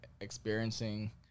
experiencing